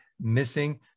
missing